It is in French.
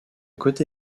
côté